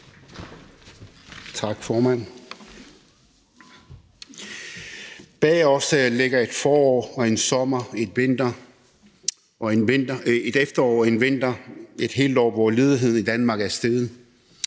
Bag os ligger et forår, en sommer, et efterår og en vinter – et helt år – hvor ledigheden i Danmark er steget.